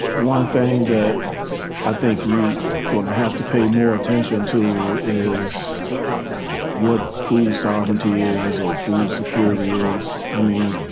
one thing that i think we're going to have to pay more attention to is what food sovereignty is or food security is. i mean,